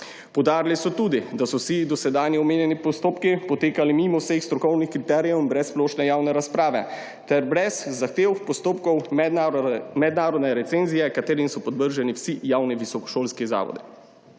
Poudarili so tudi, da so vsi dosedanji omenjeni postopki potekali mimo vseh strokovnih kriterijev in brez splošne javne razprave ter brez zahtev postopkov mednarodne recenzije, katerim so podvrženi vsi javni visokošolski zavodi.